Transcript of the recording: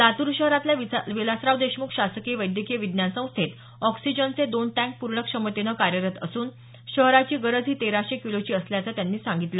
लातूर शहरातल्या विलासराव देशमुख शासकीय वैद्यकीय विज्ञान संस्थेत ऑक्सिजनचे दोन टँक पूर्ण क्षमतेने कार्यरत असून शहराची गरज ही तेराशे किलोची असल्याचं त्यांनी सांगितलं